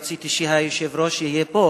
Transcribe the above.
רציתי שהיושב-ראש יהיה פה,